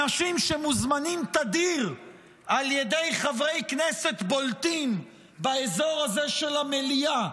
אנשים שמוזמנים תדיר על ידי חברי כנסת בולטים באזור הזה של המליאה,